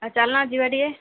ଆଉ ଚାଲୁନା ଯିବା ଟିକେ